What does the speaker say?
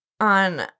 on